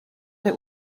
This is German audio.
der